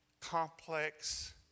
complex